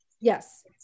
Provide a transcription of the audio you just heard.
Yes